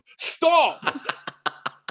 stop